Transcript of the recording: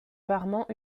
parement